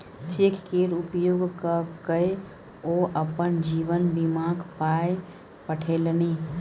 cheque केर उपयोग क कए ओ अपन जीवन बीमाक पाय पठेलनि